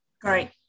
Great